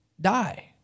die